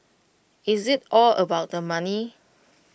is IT all about the money